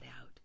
out